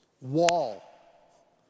wall